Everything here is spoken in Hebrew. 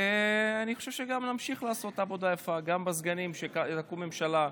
ואני חושב שגם נמשיך לעשות עבודה יפה כסגנים כשתקום ממשלה.